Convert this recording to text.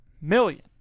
million